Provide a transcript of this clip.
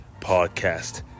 podcast